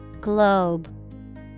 Globe